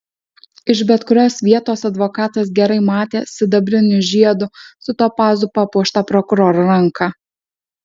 iš bet kurios vietos advokatas gerai matė sidabriniu žiedu su topazu papuoštą prokuroro ranką